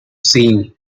seam